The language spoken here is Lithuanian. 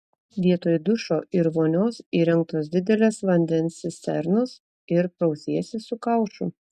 vietoj dušo ir vonios įrengtos didelės vandens cisternos ir prausiesi su kaušu